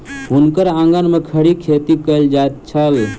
हुनकर आंगन में खड़ी खेती कएल जाइत छल